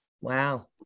Wow